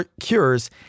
cures